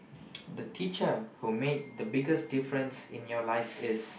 the teacher who made the biggest difference in your life is